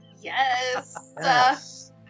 Yes